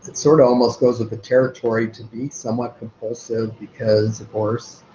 sort of almost goes with the territory to be somewhat compulsive because, of course,